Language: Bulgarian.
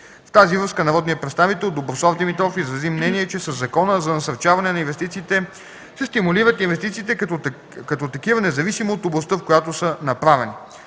В тази връзка народният представител Доброслав Димитров изрази мнение, че със Закона да насърчаване на инвестициите се стимулират инвестициите като такива, независимо от областта, в която са направени.